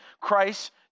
Christ